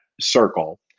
circle